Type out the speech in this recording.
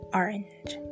orange